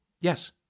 Yes